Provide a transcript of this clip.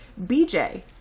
BJ